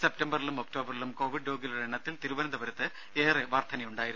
സെപ്റ്റംബറിലും ഒക്ടോബറിലും കോവിഡ് രോഗികളുടെ എണ്ണത്തിൽ തിരുവനന്തപുരത്ത് ഏറെ വർധനയുണ്ടായിരുന്നു